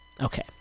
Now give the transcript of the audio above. Okay